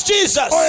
Jesus